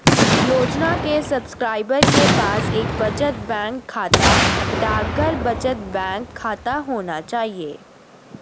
योजना के सब्सक्राइबर के पास एक बचत बैंक खाता, डाकघर बचत बैंक खाता होना चाहिए